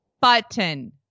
button